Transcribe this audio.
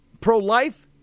pro-life